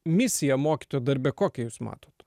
misiją mokytojo darbe kokią jūs matot